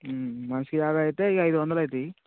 మనిషికి యాభై అయితే ఇక ఐదొందలు అవుతాయి